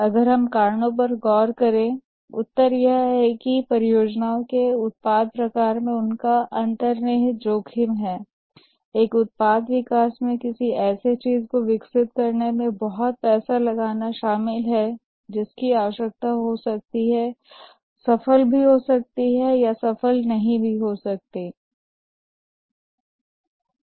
अगर हम कारण पर गौर करें उत्तर यह है कि परियोजनाओं के उत्पाद प्रकार में उनका अंतर्निहित जोखिम है एक उत्पाद विकास में किसी ऐसी चीज़ को विकसित करने में बहुत पैसा लगाना होता है जिसकी आवश्यकता हो सकती है वह सफल हो सकती है या सफल नहीं भी हो सकती है